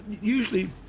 usually